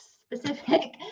specific